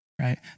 right